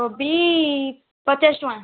କୋବି ପଚାଶ ଟଙ୍କା